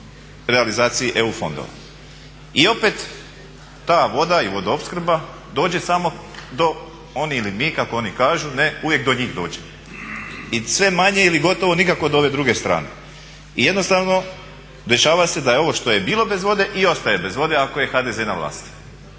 I opet ta voda i vodoopskrba dođe samo do oni ili mi, kako oni kažu, uvijek do njih dođe. I sve manje ili gotovo nikako do ove druge strane. I jednostavno dešava se da je ovo što je bilo bez vode i ostaje bez vode ako je HDZ na vlasti.